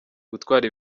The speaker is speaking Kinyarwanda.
gutwara